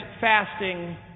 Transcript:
fasting